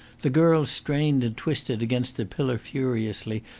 the girl strained and twisted against the pillar furiously,